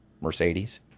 Mercedes